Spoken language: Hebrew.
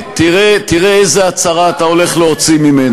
מה אתה עושה?